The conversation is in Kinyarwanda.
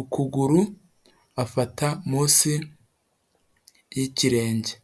ukuguru afata munsi y'ikirenge.